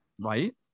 Right